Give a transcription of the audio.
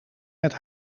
met